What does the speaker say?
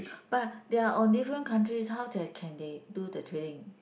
but they are on different countries how that they can they do the trading